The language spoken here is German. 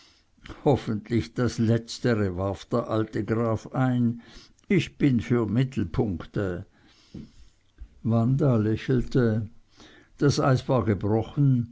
hoffentlich das letztere warf der alte graf ein ich bin für mittelpunkte wanda lächelte das eis war gebrochen